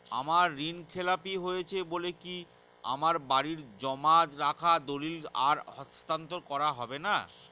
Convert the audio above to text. আমার ঋণ খেলাপি হয়েছে বলে কি আমার বাড়ির জমা রাখা দলিল আর হস্তান্তর করা হবে না?